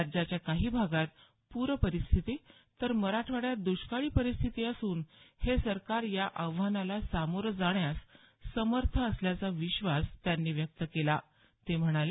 राज्याच्या काही भागात पूरपरस्थिती तर मराठवाड्यात द्रष्काळी परिस्थिती असून हे सरकार या आव्हानाला सामोरं जाण्यास समर्थ असल्याचा विश्वास रावते यांनी व्यक्त केला ते म्हणाले